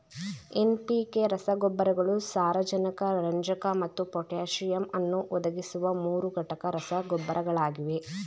NPK ರಸಗೊಬ್ಬರಗಳು ಸಾರಜನಕ ರಂಜಕ ಮತ್ತು ಪೊಟ್ಯಾಸಿಯಮ್ ಅನ್ನು ಒದಗಿಸುವ ಮೂರುಘಟಕ ರಸಗೊಬ್ಬರಗಳಾಗಿವೆ